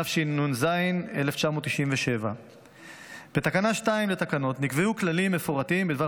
התשנ"ז 1997. בתקנה 2 לתקנות נקבעו כללים מפורטים בדבר